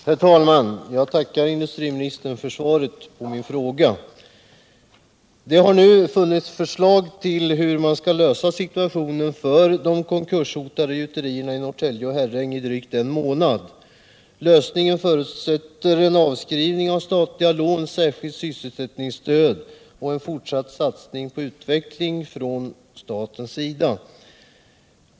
Herr talman! Jag tackar industriministern för svaret på min fråga. Det har nu i drygt en månad funnits förslag till en lösning av situationen för de konkurshotade gjuterierna i Norrtälje och Herräng. Lösningen förutsätter avskrivning av statliga lån, särskilt sysselsättningsstöd och en fortsatt satsning på utveckling från statens sida.